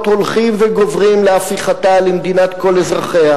הולכים וגוברים להפיכתה למדינת כל אזרחיה,